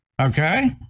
okay